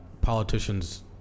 politicians